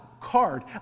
card